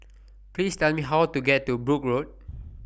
Please Tell Me How to get to Brooke Road